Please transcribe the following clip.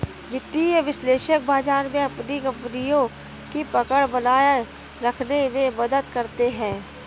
वित्तीय विश्लेषक बाजार में अपनी कपनियों की पकड़ बनाये रखने में मदद करते हैं